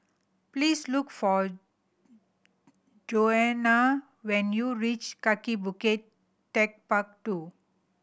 please look for Johannah when you reach Kaki Bukit Techpark Two